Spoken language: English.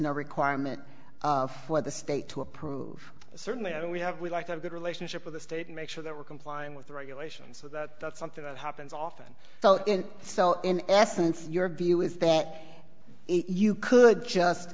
no requirement for the state to approve certainly i don't we have we like a good relationship with the state and make sure that we're complying with the regulations so that that's something that happens often so and so in essence your view is that you could just